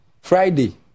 Friday